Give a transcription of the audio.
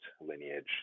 lineage